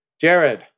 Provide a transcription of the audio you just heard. Jared